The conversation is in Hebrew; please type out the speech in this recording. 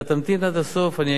אתה תמתין עד הסוף.